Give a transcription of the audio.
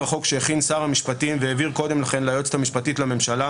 החוק שהכין שר המשפטים והעביר קודם לכן ליועצת המשפטית לממשלה